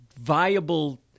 viable